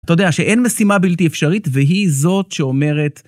אתה יודע שאין משימה בלתי אפשרית, והיא זאת שאומרת.